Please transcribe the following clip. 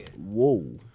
Whoa